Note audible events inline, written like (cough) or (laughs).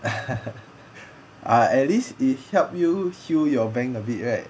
(laughs) ah at least it help you heal your bank a bit right